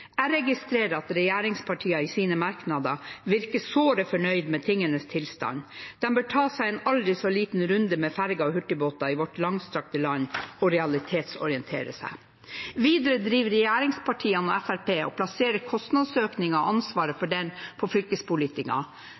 Jeg registrerer at regjeringspartiene i sine merknader virker såre fornøyd med tingenes tilstand. De bør ta seg en aldri så liten runde med ferger og hurtigbåter i vårt langstrakte land og realitetsorientere seg. Videre driver regjeringspartiene og Fremskrittspartiet og plasserer kostnadsøkningen og ansvaret for den på fylkespolitikerne.